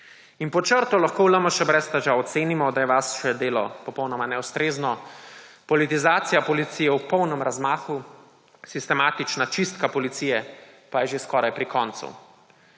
Pod črto lahko v LMŠ brez težav ocenimo, da je vaše delo popolnoma neustrezno. Politizacija policije ob polnem razmahu, sistematična čistka policije pa je že skoraj pri koncu.